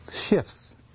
shifts